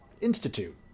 institute